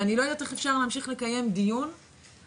ואני לא יודעת איך אפשר להמשיך לקיים דיון על